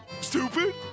stupid